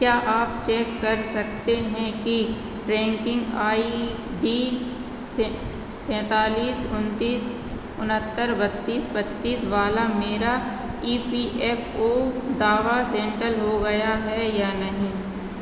क्या आप चेक कर सकते हैं कि ट्रैंकिंग आई डी सै सैंतालीस उनतीस उनहत्तर बत्तीस पच्चीस वाला मेरा ई पी एफ ओ दावा सेंटल हो गया है या नहीं